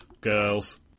Girls